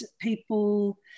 people